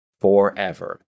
forever